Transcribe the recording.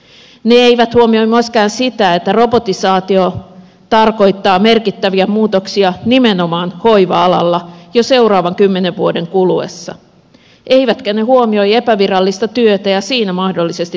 ne eivät huomioi myöskään sitä että robotisaatio tarkoittaa merkittäviä muutoksia nimenomaan hoiva alalla jo seuraavan kymmenen vuoden kuluessa eivätkä ne huomioi epävirallista työtä ja siinä mahdollisesti tapahtuvia muutoksia